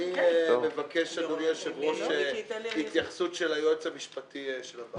אני מבקש התייחסות של היועץ המשפטי של הוועדה.